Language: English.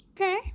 Okay